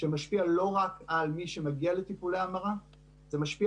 שמשפיע לא רק על מי שמגיע לטיפולי המרה אלא משפיע